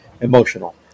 emotional